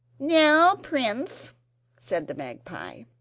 now, prince said the magpie,